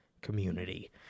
community